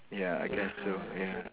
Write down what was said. ya I guess so ya